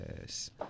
Yes